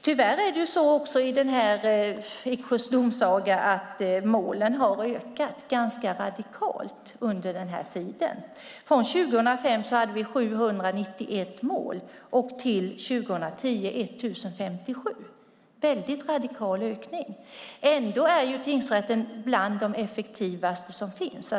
Tyvärr är det så också i Eksjös domsaga att antalet mål har ökat ganska radikalt under den här tiden. År 2005 hade vi 791 mål, och 2010 hade vi 1 057. Det är en radikal ökning. Ändå är tingsrätten bland de effektivaste som finns.